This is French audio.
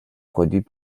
produit